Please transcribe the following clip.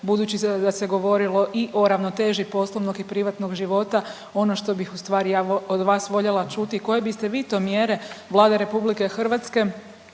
budući da se govorilo i o ravnoteži poslovnog i privatnog života ono što bih ustvari ja od vas voljela čuti koje biste vi to mjere Vlade RH izdvojili